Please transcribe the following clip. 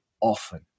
often